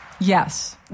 Yes